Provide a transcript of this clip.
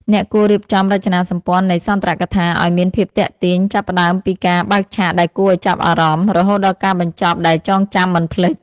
អ្នកគួររៀបចំរចនាសម្ព័ន្ធនៃសន្ទរកថាឱ្យមានភាពទាក់ទាញ ចាប់ផ្ដើមពីការបើកឆាកដែលគួរឱ្យចាប់អារម្មណ៍ រហូតដល់ការបញ្ចប់ដែលចងចាំមិនភ្លេច។